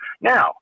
Now